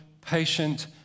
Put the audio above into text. patient